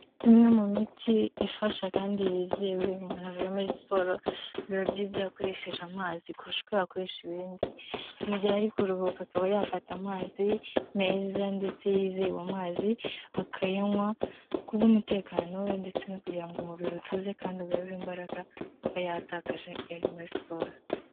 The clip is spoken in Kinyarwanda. Imwe mu miti ifasha kandi yizewe, iyo umuntu avuye muri siporo, biba byiza iyo akoresheje amazi kurusha uko yakoresha ibindi. Mu gihe ari kuruhuka akaba yafata amazi meza ndetse yizewe amazi akayanywa kubw'umutekano we, ndetse no kugira ngo umubiri utuze kandi ugarure imbaraga aba yatakaje iyo ari muri siporo.